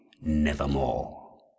nevermore